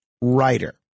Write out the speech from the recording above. writer